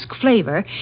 flavor